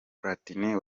platini